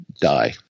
die